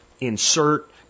insert